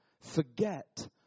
Forget